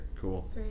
Cool